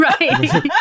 Right